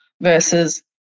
versus